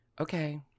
Okay